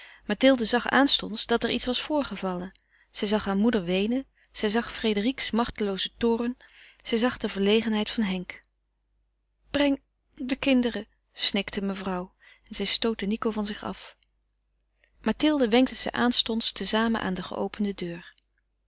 mathilde zag aanstonds dat er iets was voorgevallen zij zag haar moeder weenen zij zag frédérique's machteloozen toorn zij zag de verlegenheid van henk breng de kinderen snikte mevrouw en zij stootte nico van zich af mathilde wenkte ze aanstonds te zamen aan de geopende deur